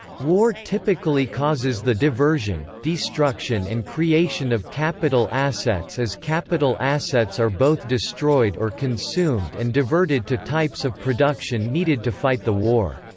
war typically causes the diversion, destruction and creation of capital assets as capital assets are both destroyed or consumed and diverted to types of production needed to fight the war.